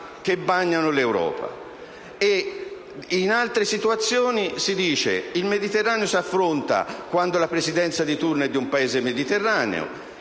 che bagnano l'Europa. In altre situazioni si dice che il Mediterraneo si affronta quando la Presidenza di turno è di un Paese mediterraneo